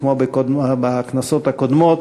כמו בכנסות הקודמות,